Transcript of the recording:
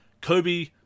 Kobe